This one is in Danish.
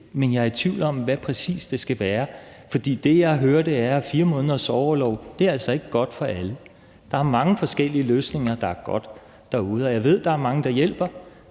men at jeg er i tvivl om, hvad det præcis skal være. For det, jeg hører, er, at 4 måneders orlov altså ikke er godt for alle. Der er mange forskellige løsninger derude, der er gode, og jeg ved, at der er mange, der hjælper.